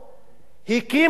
הקימה מדינה.